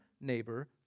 neighbor